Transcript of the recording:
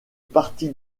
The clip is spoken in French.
parti